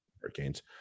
Hurricanes